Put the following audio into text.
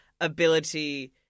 ability